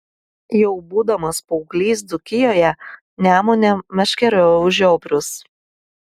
jau būdamas paauglys dzūkijoje nemune meškeriojau žiobrius